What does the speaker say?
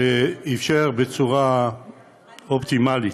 שאפשר בצורה אופטימלית,